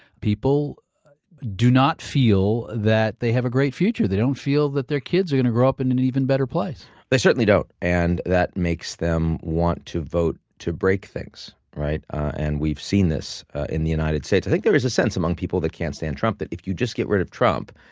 people do not feel that they have a great future. they don't feel that their kids are going to grow up into and an even better place they certainly don't. and that makes them want to vote to break things, right? and we've seen this in the united states. i think there is a sense among people that can't stand trump that if you just get rid of trump,